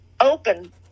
open